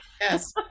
Yes